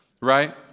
Right